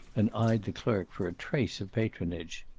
and eyed the clerk for a trace of patronage.